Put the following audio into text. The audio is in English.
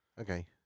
Okay